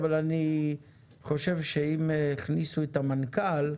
אבל אני חושב שאם הכניסו את המנכ"ל,